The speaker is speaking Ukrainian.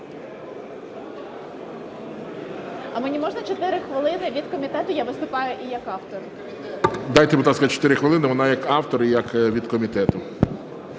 А мені можна 4 хвилини від комітету, я виступаю і як автор? 11:39:02 ГОЛОВУЮЧИЙ. Дайте, будь ласка, 4 хвилини. Вона як автор і як від комітету.